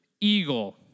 Eagle